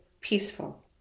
peaceful